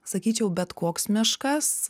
sakyčiau bet koks miškas